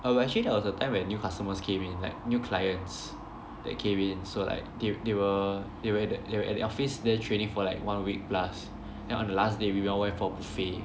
uh but actually there was a time when new customers came in like new clients that came in so like they they were they were at the they were at the office there training for like one week plus then on the last day we all went for buffet